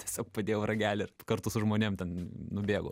tiesiog padėjau ragelį ir kartu su žmonėm ten nubėgau